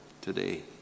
today